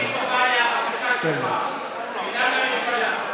יש לי תשובה לבקשה שלך וגם לממשלה.